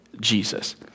Jesus